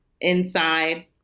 inside